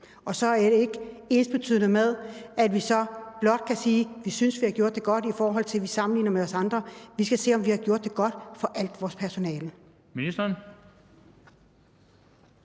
Og så er det ikke ensbetydende med, at vi blot kan sige, at vi synes, vi har gjort det godt i en sammenligning med andre. Vi skal se, om vi har gjort det godt for alt vores personale. Kl.